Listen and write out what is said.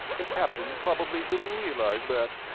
the captain probably didn't realize that,